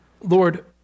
Lord